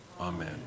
Amen